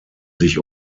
sich